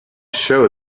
show